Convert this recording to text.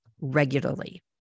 regularly